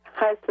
hi